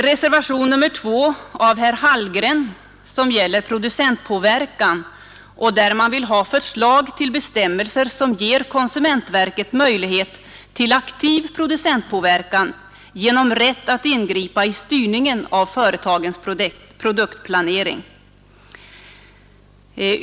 Reservationen 2 av herr Hallgren gäller producentpåverkan och innehåller önskemål om förslag till bestämmelser som ger konsumentverket möjlighet till aktiv producentpåverkan genom rätt att ingripa i styrningen av företagens produktplanering.